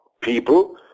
people